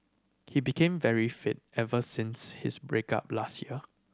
he became very fit ever since his break up last year